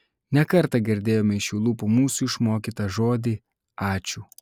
ne kartą girdėjome iš jų lūpų mūsų išmokytą žodį ačiū